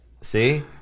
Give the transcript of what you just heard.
see